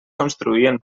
construïen